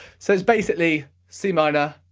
so it's basically c minor,